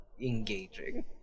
engaging